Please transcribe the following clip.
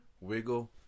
Wiggle